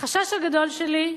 החשש הגדול שלי,